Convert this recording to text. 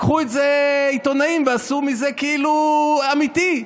לקחו את זה עיתונאים ועשו מזה כאילו אמיתי.